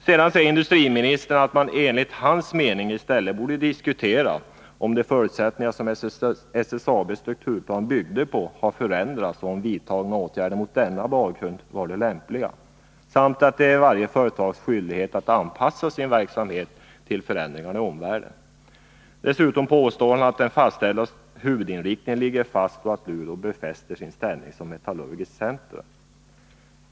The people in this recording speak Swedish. Sedan säger industriministern att man, enligt hans mening, i stället borde diskutera om de förutsättningar som SSAB:s strukturplan byggde på har förändrats och om de vidtagna åtgärderna mot denna bakgrund var lämpliga. Han säger också att det är varje företags skyldighet att anpassa sin verksamhet till förändringarna i omvärlden. Dessutom påstår han att den bestämda huvudinriktningen ligger fast och att Luleå befäster sin ställning som metallurgiskt centrum.